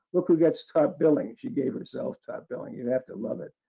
look who gets top billing. she gave herself top billing. you have to love it.